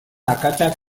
akatsak